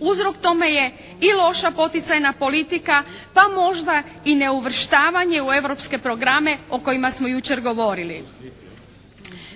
uzrok tome je i loša poticajna politika, pa možda i neuvrštavanje u europske programe o kojima smo jučer govorili.